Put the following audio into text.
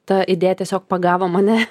ta idėja tiesiog pagavo mane